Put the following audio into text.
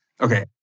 Okay